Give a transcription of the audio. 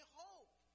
hope